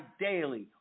daily